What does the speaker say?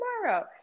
tomorrow